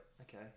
okay